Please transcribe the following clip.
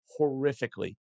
horrifically